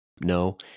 no